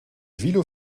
villo